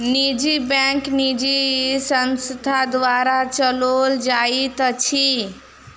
निजी बैंक निजी संस्था द्वारा चलौल जाइत अछि